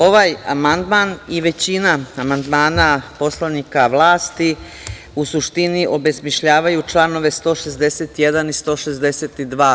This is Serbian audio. Ovaj amandman i većina amandmana poslanika vlasti u suštini obesmišljavaju članove 161. i 162.